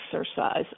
exercise